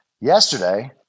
yesterday